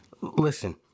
listen